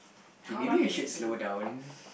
K maybe we should slow down